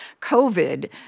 COVID